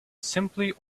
simply